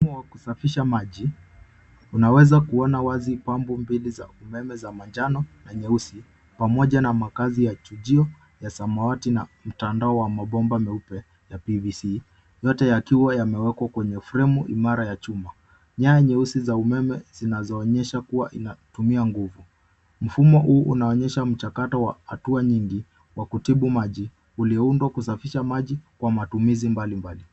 Kifumo cha kusafisha maji kina vipande viwili vya umeme, chujio cha samawati, mabomba ya PVC, na fremu ya chuma; kinatoa usafi wa maji kwa matumizi mbalimbali bila hatari ya mbu.